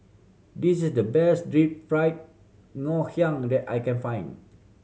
this is the best Deep Fried Ngoh Hiang that I can find